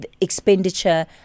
expenditure